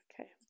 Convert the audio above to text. Okay